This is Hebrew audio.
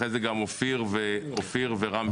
אחר כך היו גם אופיר ורם שפע.